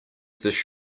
this